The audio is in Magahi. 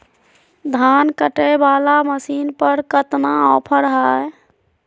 धान कटे बाला मसीन पर कतना ऑफर हाय?